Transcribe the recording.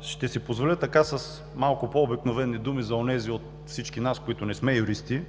Ще си позволя с по-обикновени думи за онези от всички нас, които не сме юристи,